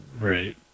Right